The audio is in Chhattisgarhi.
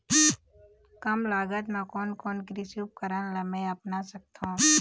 कम लागत मा कोन कोन कृषि उपकरण ला मैं अपना सकथो?